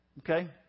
Okay